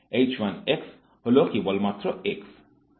হল কেবলমাত্র x